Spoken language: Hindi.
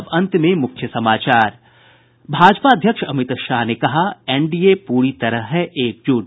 और अब अंत में मुख्य समाचार भाजपा अध्यक्ष अमित शाह ने कहा एनडीए पूरी तरह है एकजुट